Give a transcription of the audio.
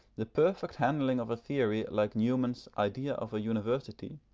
the perfect handling of a theory like newman's idea of a university,